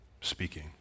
speaking